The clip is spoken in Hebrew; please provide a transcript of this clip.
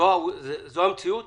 זאת המציאות?